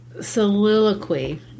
soliloquy